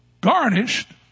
garnished